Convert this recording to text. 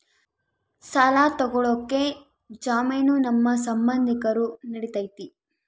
ಸಾಲ ತೊಗೋಳಕ್ಕೆ ಜಾಮೇನು ನಮ್ಮ ಸಂಬಂಧಿಕರು ನಡಿತೈತಿ?